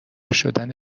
شدن